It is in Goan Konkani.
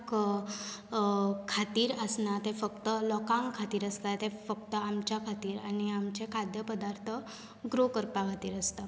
खातीर आसना तें फकत लोकां खातीर आसता तें फकत आमच्या खातीर आनी आमच्या खाद्य पदार्थ ग्रोव करपा खातीर आसता